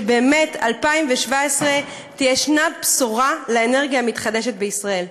שבאמת 2017 תהיה שנת בשורה לאנרגיה המתחדשת בישראל.